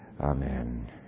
Amen